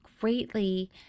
greatly